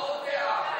הבעות דעה.